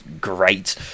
great